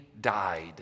died